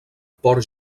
port